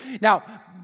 Now